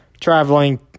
traveling